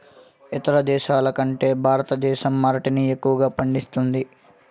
ఇతర దేశాల కంటే భారతదేశం అరటిని ఎక్కువగా పండిస్తుంది